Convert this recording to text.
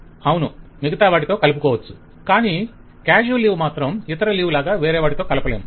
client అవును మిగతా వాటితో కలుపుకోవచ్చు కాని కాజువల్ లీవ్ మాత్రం ఇతర లీవ్ లాగా వేరే వాటితో కలుపలేము